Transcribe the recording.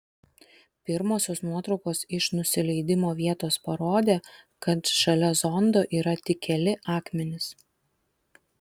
pirmosios nuotraukos iš nusileidimo vietos parodė kad šalia zondo yra tik keli akmenys